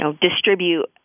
distribute